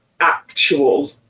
actual